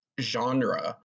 genre